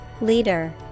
Leader